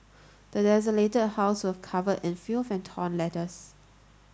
the desolated house was covered in filth and torn letters